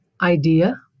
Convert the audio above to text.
idea